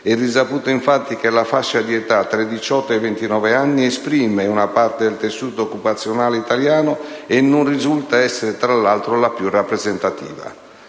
È risaputo infatti che la fascia di età tra i 18 e i 29 anni esprime una parte del tessuto occupazionale italiano e non risulta essere, tra l'altro, la più rappresentativa.